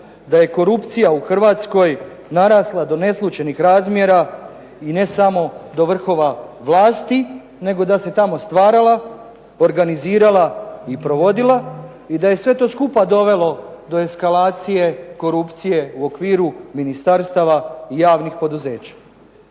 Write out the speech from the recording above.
da je korupcija u Hrvatskoj narasla do neslućenih razmjera i ne samo do vrhova vlasti nego da se tamo stvarala, organizirala i provela i da je to sve skupa dovelo do eskalacije korupcije u okviru ministarstava i javnih poduzeća.